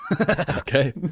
Okay